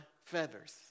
feathers